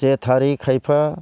जे थारै खायफा